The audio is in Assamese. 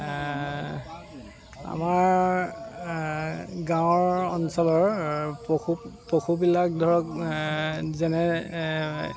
আমাৰ গাঁৱৰ অঞ্চলৰ পশু পশুবিলাক ধৰক যেনে